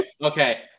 Okay